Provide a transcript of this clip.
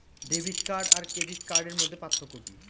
Debit card আর credit কার্ডের মধ্যে পার্থক্য কি?